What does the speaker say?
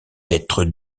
être